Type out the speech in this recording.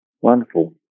Wonderful